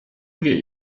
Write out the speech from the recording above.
hug